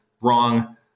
wrong